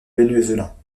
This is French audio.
venezuela